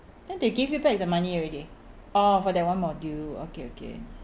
then they give you back the money already orh for that one module okay okay